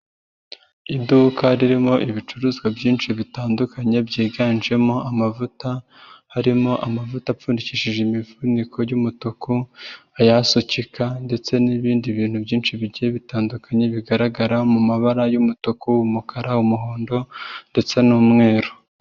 Iduka ririmo ibicuruzwa byinshi bitandukanye byiganjemo amavuta, harimo amavuta apfundikishije imifuniko y'umutuku, ayasukika ndetse n'ibindi bintu byinshi bigiye bitandukanye bigaragara mu mabara y'umutuku, umukara, umuhondo ndetse n'umweru.